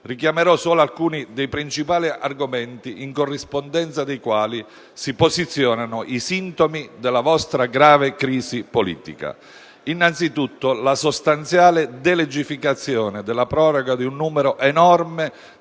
Richiamerò solo alcuni dei principali argomenti, in corrispondenza dei quali si posizionano i sintomi della vostra grave crisi politica. Evidenzio innanzitutto la sostanziale delegificazione della proroga di un numero enorme